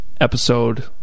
episode